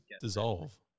dissolve